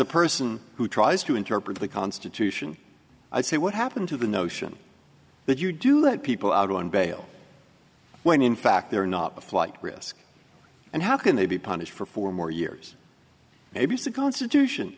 a person who tries to interpret the constitution i say what happened to the notion that you do let people out on bail when in fact they are not a flight risk and how can they be punished for four more years maybe soko institution